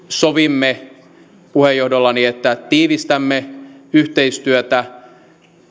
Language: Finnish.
sovimme puheenjohdollani että tiivistämme yhteistyötä